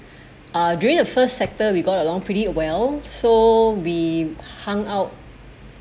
uh during the first sector we got along pretty a well so we hung out